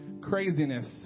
craziness